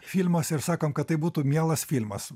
filmuose ir sakom kad tai būtų mielas filmas